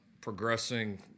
progressing